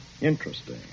interesting